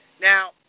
Now